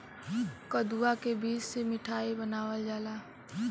कदुआ के बीज से मिठाई बनावल जाला